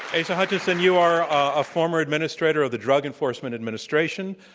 asa hutchinson, you are a former administrator of the drug enforcement administration.